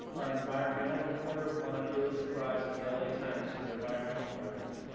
our environmental reporter won a pulitzer prize at the la times for environmental coverage.